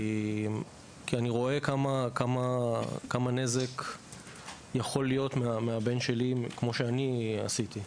כי אני רואה כמה נזק יכול להיות מהבן שלי כמו שאני עשיתי.